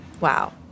Wow